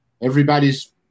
everybody's